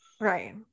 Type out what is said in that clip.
Right